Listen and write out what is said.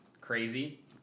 crazy